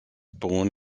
born